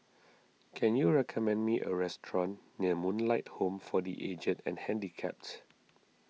can you recommend me a restaurant near Moonlight Home for the Aged and Handicapped